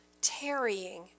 tarrying